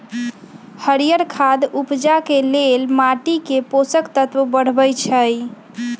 हरियर खाद उपजाके लेल माटीके पोषक तत्व बढ़बइ छइ